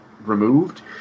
removed